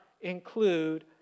include